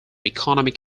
economic